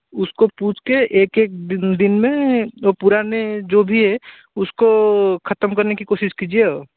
उसको पूछ कर एक एक दिन दिन में वो पुराने जो भी है उसको ख़त्म करने की कोशिश कीजिए